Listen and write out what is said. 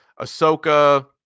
Ahsoka